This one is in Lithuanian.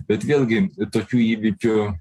bet vėlgi tokių įvykių